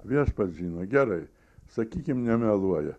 viešpats žino gerai sakykim nemeluoja